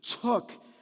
took